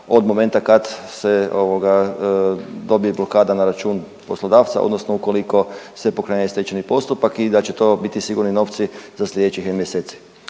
od momenta kad se dobije blokada na račun poslodavca odnosno ukoliko se pokrene stečajni postupak i da će to biti sigurni novci za sljedećih mjeseci.